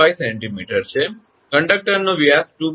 25 𝑐𝑚 છે કંડકટરનો વ્યાસ 2